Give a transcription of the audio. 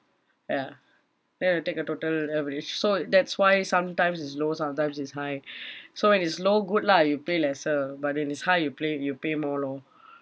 ya then they will take the total average so that's why sometimes it's low sometimes it's high so when it's low good lah you pay lesser but if it's high you play you pay more lor